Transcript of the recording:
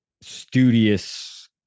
studious